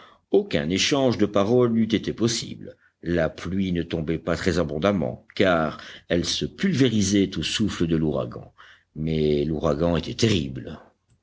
aucun échange de paroles n'eût été possible la pluie ne tombait pas très abondamment car elle se pulvérisait au souffle de l'ouragan mais l'ouragan était terrible